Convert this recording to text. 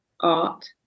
art